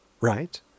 right